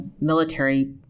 military